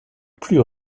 plus